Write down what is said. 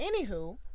Anywho